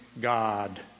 God